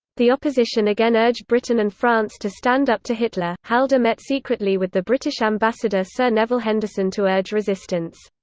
the opposition again urged britain and france to stand up to hitler halder met secretly with the british ambassador sir nevile henderson to urge resistance.